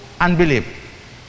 unbelief